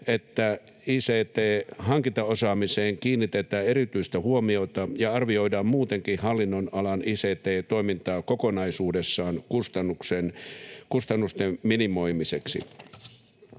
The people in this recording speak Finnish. että ict-hankintaosaamiseen kiinnitetään erityistä huomiota ja arvioidaan muutenkin hallinnonalan ict-toimintaa kokonaisuudessaan kustannusten minimoimiseksi.